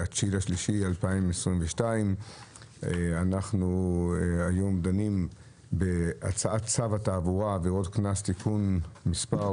9 במרץ 2022. אנחנו דנים היום בהצעת צו התעבורה (עבירות קנס) (תיקון מס'